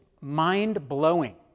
mind-blowing